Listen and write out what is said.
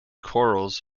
corals